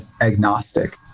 agnostic